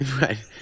Right